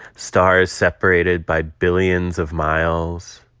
stars separated by billions of miles,